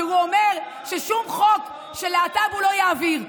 כשהוא אומר ששום חוק של להט"ב הוא לא יעביר.